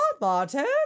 Martin